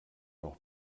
noch